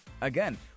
again